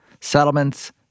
Settlements